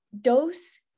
dose